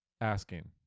asking